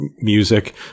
music